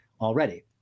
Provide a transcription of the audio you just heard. already